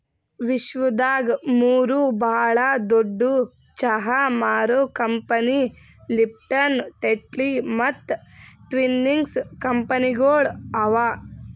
ವಿಶ್ವದಾಗ್ ಮೂರು ಭಾಳ ದೊಡ್ಡು ಚಹಾ ಮಾರೋ ಕಂಪನಿ ಲಿಪ್ಟನ್, ಟೆಟ್ಲಿ ಮತ್ತ ಟ್ವಿನಿಂಗ್ಸ್ ಕಂಪನಿಗೊಳ್ ಅವಾ